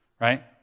right